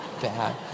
Bad